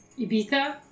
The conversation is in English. Ibiza